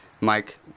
mike